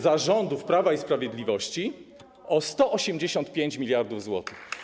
Za rządów Prawa i Sprawiedliwości - o 185 mld zł.